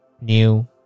new